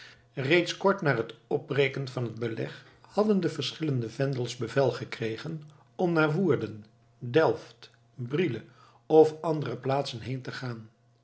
reeds kort na het opbreken van het beleg hadden de verschillende vendels bevel gekregen om naar woerden delft brielle of andere plaatsen heen te gaan